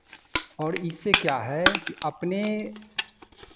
और इससे क्या है कि अपने